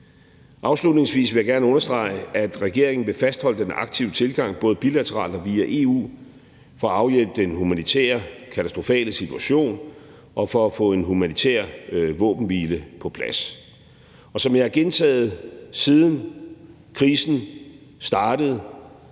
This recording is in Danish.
Afslutningsvis vil jeg gerne understrege, at regeringen vil fastholde den aktive tilgang, både bilateralt og via EU, for at afhjælpe den humanitære katastrofale situation og for at få en humanitær våbenhvile på plads. Som jeg har gentaget, siden krisen startede,